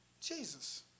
Jesus